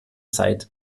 zeit